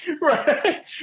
Right